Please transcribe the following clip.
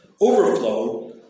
overflow